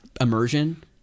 immersion